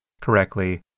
correctly